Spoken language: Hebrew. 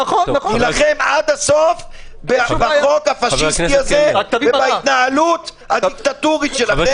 נילחם עד הסוף בחוק הפשיסטי ובהתנהלות הדיקטטורית שלכם.